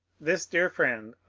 this dear friend,